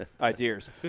Ideas